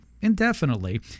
indefinitely